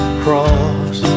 cross